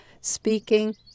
speaking